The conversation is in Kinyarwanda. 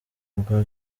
urwa